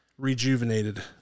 rejuvenated